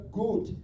good